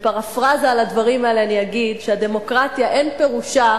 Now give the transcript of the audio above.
בפרפראזה על הדברים האלה אני אגיד שהדמוקרטיה אין פירושה